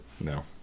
No